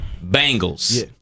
bangles